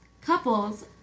Couples